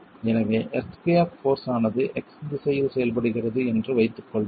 எனவே earthquake force ஆனது x திசையில் செயல்படுகிறது என்று வைத்துக்கொள்வோம்